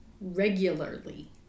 regularly